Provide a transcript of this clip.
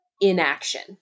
inaction